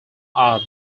are